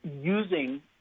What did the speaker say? using